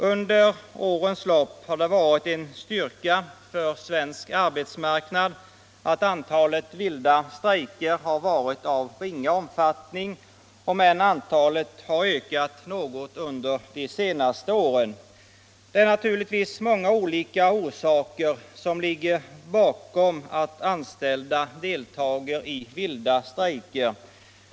Under årens lopp har det varit en styrka för svensk arbetsmarknad att antalet vilda strejker har varit av ringa omfattning, om än antalet har ökat något under de senaste åren. Det är naturligtvis många orsaker som ligger bakom att anställda deltar i vilda strejker.